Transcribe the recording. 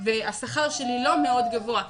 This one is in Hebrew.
והשכר שלי לא מאוד גבוה,